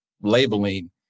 labeling